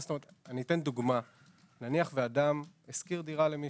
למשל אדם השכיר דירה למישהו,